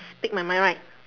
speak my mind right